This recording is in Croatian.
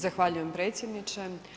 Zahvaljujem predsjedniče.